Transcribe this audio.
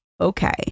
okay